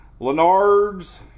Lenards